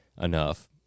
enough